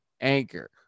anchor